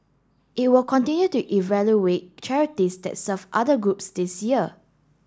it will continue to evaluate charities that serve other groups this year